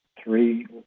three